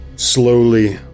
slowly